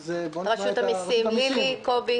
רשות המסים לילי, קובי